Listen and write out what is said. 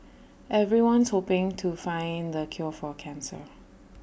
everyone's hoping to find the cure for cancer